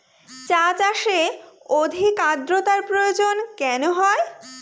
চা চাষে অধিক আদ্রর্তার প্রয়োজন কেন হয়?